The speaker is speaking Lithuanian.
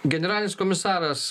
generalinis komisaras